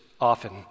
often